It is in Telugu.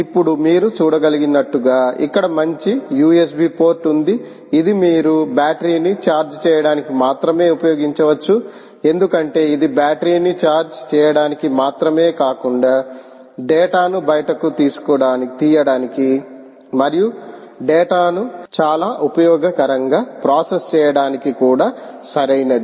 ఇప్పుడు మీరు చూడగలిగినట్లుగా ఇక్కడ ఒక మంచి USB పోర్ట్ ఉంది ఇది మీరు బ్యాటరీ ని ఛార్జ్ చేయడానికి మాత్రమే ఉపయోగించవచ్చు ఎందుకంటే ఇది బ్యాటరీ ని ఛార్జ్ చేయడానికి మాత్రమే కాకుండా డేటాను బయటకు తీయడానికి మరియు డేటాను చాలా ఉపయోగకరంగా ప్రాసెస్ చేయడానికి కూడా సరైనది